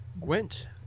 Gwent